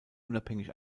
unabhängig